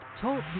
Talk